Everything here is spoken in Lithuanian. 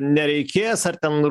nereikės ar ten